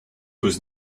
was